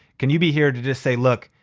can you be here to just say, look,